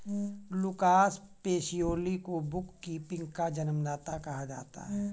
Lucas Pacioli को bookkeeping का जन्मदाता कहा जाता है